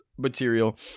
material